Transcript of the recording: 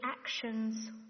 actions